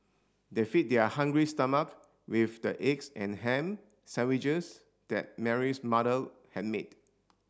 they fed their hungry stomach with the eggs and ham sandwiches that Mary's mother had made